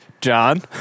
john